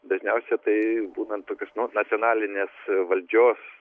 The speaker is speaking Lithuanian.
dažniausia tai būna tokios nu nacionalinės valdžios